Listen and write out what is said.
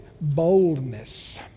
boldness